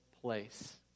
place